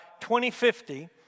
2050